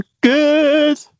good